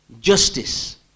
justice